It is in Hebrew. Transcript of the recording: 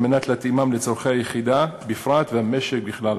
מנת להתאימם לצורכי היחידה בפרט והמשק בכלל.